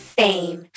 fame